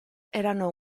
erano